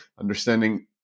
understanding